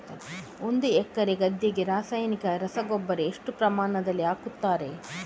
ಒಂದು ಎಕರೆ ಗದ್ದೆಗೆ ರಾಸಾಯನಿಕ ರಸಗೊಬ್ಬರ ಎಷ್ಟು ಪ್ರಮಾಣದಲ್ಲಿ ಹಾಕುತ್ತಾರೆ?